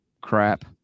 crap